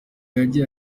yagiye